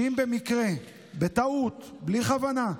שאם במקרה, בטעות, בלי כוונה,